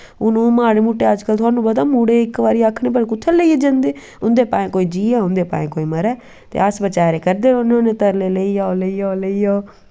हून ओह् माड़े मुट्टे अजकल तोहानू पता मुड़े इक बारी आक्खन पता नी कुत्थें लेईयै जंदे उंदे भाएं कोई जियै भाएं मरै ते अस बचारे करदे रौह्ने होन्ने तरले लेई जाओ लेई जाओ लेई जाओ